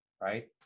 right